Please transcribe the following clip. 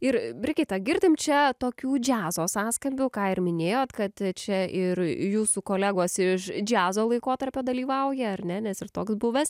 ir brigita girdim čia tokių džiazo sąskambių ką ir minėjot kad čia ir jūsų kolegos iš džiazo laikotarpio dalyvauja ar ne nes ir toks buvęs